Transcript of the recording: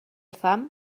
fam